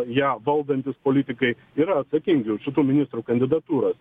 ją valdantys politikai yra atsakingi už šitų ministrų kandidatūras